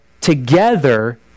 together